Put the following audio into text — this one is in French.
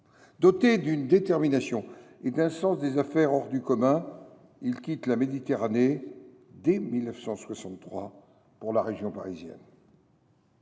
Doté d’une détermination et d’un sens des affaires hors du commun, il quitte la Méditerranée dès 1963 pour la région parisienne.